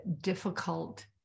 difficult